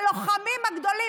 הלוחמים הגדולים,